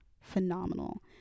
phenomenal